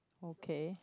okay